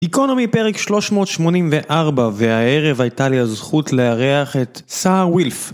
גיקונומי פרק 384, והערב הייתה לי הזכות לארח את סער ווילף.